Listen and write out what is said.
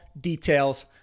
details